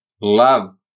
love